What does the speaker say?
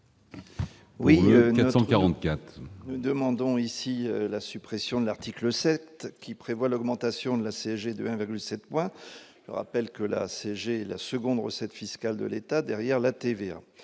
444. Nous demandons ici la suppression de l'article 7 qui prévoit l'augmentation de la CSG de un virgule 7 mois rappelle que la CSG, la seconde recettes fiscales de l'État derrière la TVA,